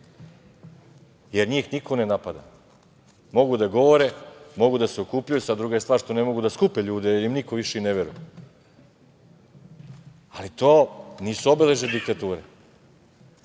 Njih niko ne napada, mogu da govore, mogu da se okupljaju, sad, druga je stvar što ne mogu da skupe ljude jer im niko više i ne veruje, ali to nisu obeležja diktature. Niko